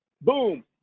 boom